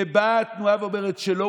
ובאה התנועה ואומרת שלא,